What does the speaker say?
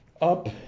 up